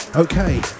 Okay